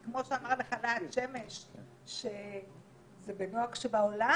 כמו שאמר לך להט שמש שזה בנוהג שבעולם